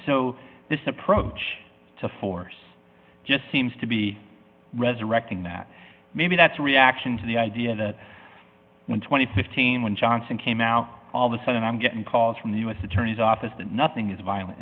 so this approach to force just seems to be resurrecting that maybe that's a reaction to the idea that when two thousand and fifteen when johnson came out all the sudden i'm getting calls from the u s attorney's office that nothing is violent